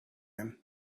him